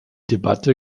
debatte